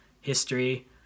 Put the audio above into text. history